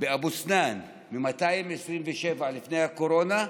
באבו סנאן, מ-227 לפני הקורונה,